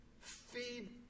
Feed